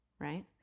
right